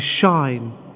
shine